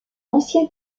ancien